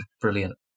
brilliant